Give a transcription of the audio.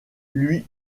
lui